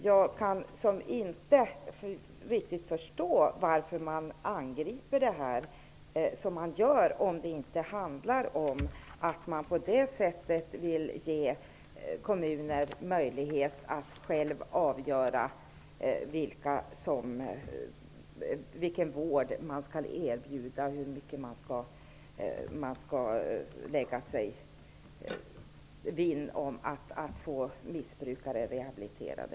Jag kan inte riktigt förstå varför man angriper detta på det sätt man gör om det inte handlar om att man på det sättet vill ge kommunerna möjlighet att själva avgöra vilken vård som skall erbjudas och att lägga sig vinn om att få missbrukare rehabiliterade.